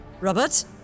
Robert